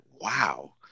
Wow